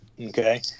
Okay